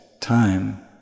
time